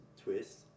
twist